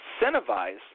incentivize